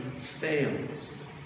fails